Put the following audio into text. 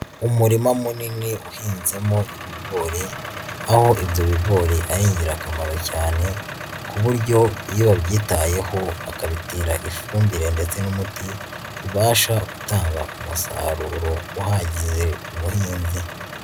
Umurima munini uhinzemo ibigori, aho ibyo bigori ari ingirakamaro cyane ku buryo iyo babyitayeho bakabitera ifumbire ndetse n'umuti bibasha gutanga umusaruro uhagije k'umuhinzi.